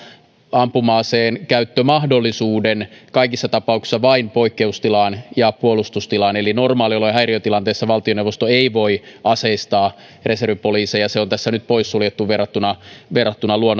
ampuma aseenkäyttömahdollisuuden kaikissa tapauksissa vain poikkeustilaan ja puolustustilaan eli normaaliolojen häiriötilanteessa valtioneuvosto ei voi aseistaa reservipoliiseja se on tässä nyt poissuljettu verrattuna verrattuna